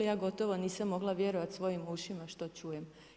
Ja gotovo nisam mogla vjerovati svojim ušima što čujem.